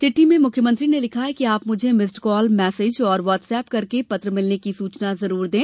चिटठी में मुख्यमंत्री ने लिखा है कि आप मुझे मिस्डकॉल मेसेज और वाटसप करके पत्र मिलने की सूचना जरूर दें